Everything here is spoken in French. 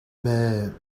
mais